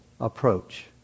approach